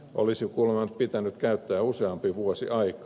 olisi kuulemma pitänyt käyttää useampi vuosi aikaa